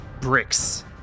bricks